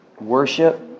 worship